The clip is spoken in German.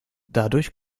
dadurch